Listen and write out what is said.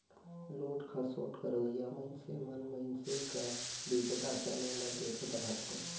लूट खसोट करोइया मइनसे मन मइनसे कर बिपदा समें ल देखत रहथें